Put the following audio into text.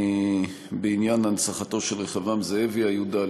בעניין הנצחתו של רחבעם זאבי הי"ד,